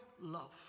love